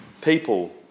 people